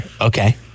Okay